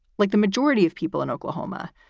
like the majority of people in oklahoma,